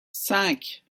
cinq